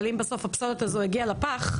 אבל אם בסוף הפסולת הזאת הגיעה לפח,